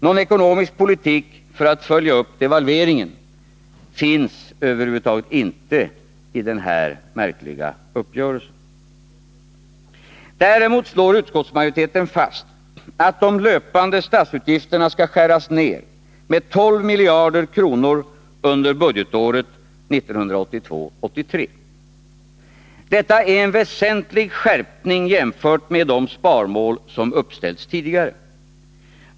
Någon ekonomisk politik för att följa upp devalveringen finns över huvud taget inte i denna märkliga uppgörelse. Däremot slår utskottsmajoriteten fast, att de löpande statsutgifterna skall skäras ner med 12 miljarder kronor under budgetåret 1982/83. Detta är en väsentlig skärpning jämfört med de sparmål som uppställts tidigare.